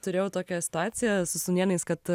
turėjau tokią situaciją su sūnėnais kad